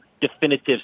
definitive